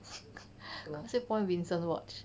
Causeway point Vincent watch